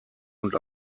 und